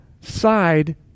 side